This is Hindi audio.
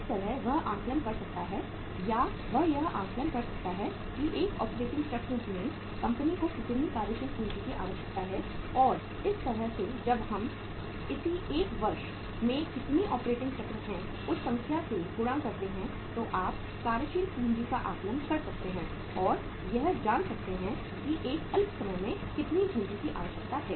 इस तरह वह आकलन कर सकता है या वह यह आकलन कर सकता है कि एक ऑपरेटिंग चक्र में कंपनी को कितनी कार्यशील पूंजी की आवश्यकता है और इस तरह से जब हम इसे 1 वर्ष में कितनी ऑपरेटिंग चक्र हैं उस संख्या से गुणा करते हैं तो आप कार्यशील पूंजी का आकलन कर सकते हैं और यह जान सकते हैं कि एक अल्प समय में कितनी पूंजी की आवश्यकता है